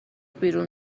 بیرون